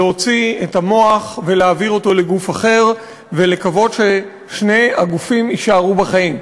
להוציא את המוח ולהעביר אותו לגוף אחר ולקוות ששני הגופים יישארו בחיים.